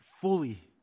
fully